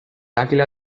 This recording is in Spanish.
águila